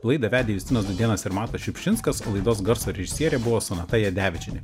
laidą vedė justinas dūdėnas ir matas šiupšinskas laidos garso režisierė buvo sonata jadevičienė